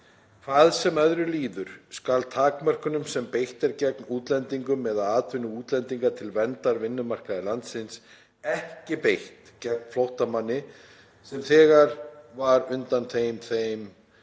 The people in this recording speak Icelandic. Hvað sem öðru líður, skal takmörkunum, sem beint er gegn útlendingum eða atvinnu útlendinga til verndar vinnumarkaði landsins, ekki beitt gegn flóttamanni, sem þegar var undanþeginn þeim